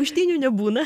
muštynių nebūna